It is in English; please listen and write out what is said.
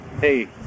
hey